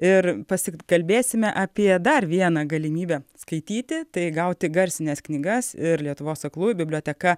ir pasikalbėsime apie dar vieną galimybę skaityti tai gauti garsines knygas ir lietuvos aklųjų biblioteka